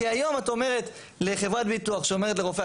כי היום את אומרת לחברת ביטוח שאומרת לרופא,